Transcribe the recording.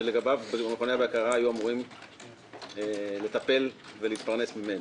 שלגביו מכוני הבקרה היו אמורים לטפל ולהתפרנס מהם,